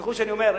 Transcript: תזכרו שאני אומר,